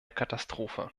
katastrophe